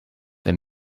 the